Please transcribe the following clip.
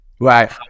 Right